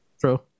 True